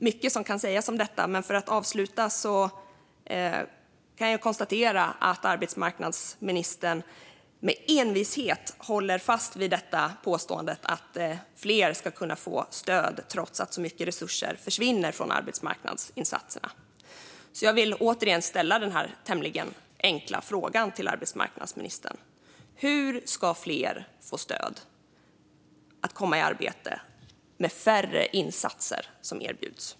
Mycket kan sägas om detta, men för att avsluta kan jag konstatera att arbetsmarknadsministern med envishet håller fast vid påståendet att fler ska kunna få stöd trots att så mycket resurser försvinner från arbetsmarknadsinsatserna. Därför vill jag återigen ställa denna tämligen enkla fråga till arbetsmarknadsministern: Hur ska fler få stöd att komma i arbete när det är färre insatser som erbjuds?